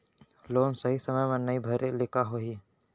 Loan सही समय मा नई भरे ले का होही?